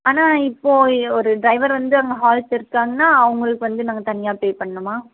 ஆனால் இப்போது ஒரு டிரைவர் வந்து அங்கே ஹால் பெருக்கிறாங்கன்னா அவங்களுக்கு வந்து நாங்கள் தனியாக பே பண்ணணுமா